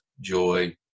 joy